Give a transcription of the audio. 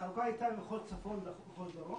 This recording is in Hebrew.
החלוקה הייתה במחוז צפון ובמחוז דרום